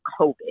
COVID